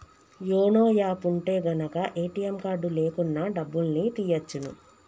YONO app ఉంటె గనక ATM card లేకున్నా డబ్బుల్ని తియ్యచ్చును